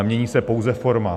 Mění se pouze forma.